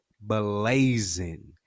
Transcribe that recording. blazing